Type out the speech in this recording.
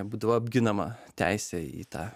būdavo apginama teisė į tą